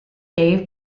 dave